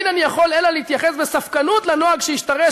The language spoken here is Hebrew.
אין אני יכול אלא להתייחס בספקנות לנוהג שהשתרש,